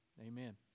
Amen